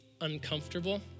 uncomfortable